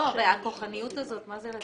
לא, אבל הכוחניות הזאת, מה זה לצאת מדיון?